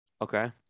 Okay